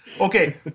Okay